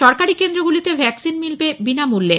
সরকারী কেন্দ্রগুলিতে ভ্যাকসিন মিলবে বিনামূল্যে